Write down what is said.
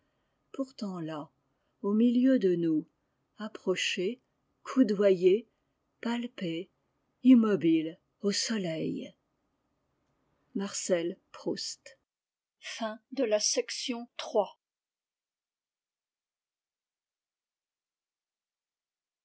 pourtant là au milieu de nous approché coudoyé palpé immobile au soleil marcel proust